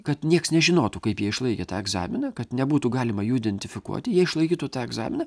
kad nieks nežinotų kaip jie išlaikė tą egzaminą kad nebūtų galima jų identifikuoti jie išlaikytų tą egzaminą